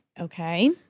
Okay